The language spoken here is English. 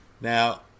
now